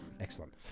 Excellent